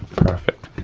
perfect,